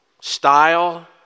style